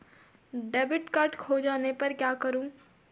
Debit card खो जाने पर क्या करूँ?